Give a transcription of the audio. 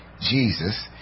Jesus